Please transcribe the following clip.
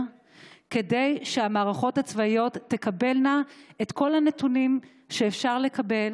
כדי שהמערכות הצבאיות תקבלנה את כל הנתונים שאפשר לקבל